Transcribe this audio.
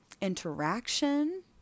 interaction